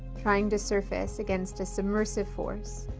trying to surface against a submersive force,